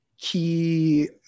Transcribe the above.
key